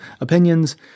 opinions